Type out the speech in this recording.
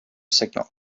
signal